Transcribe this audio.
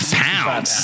pounds